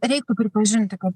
reikia pripažinti kad